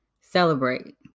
Celebrate